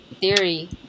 theory